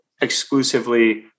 exclusively